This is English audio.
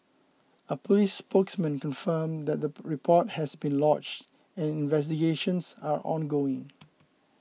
a police spokesman confirmed that the report has been lodged and investigations are ongoing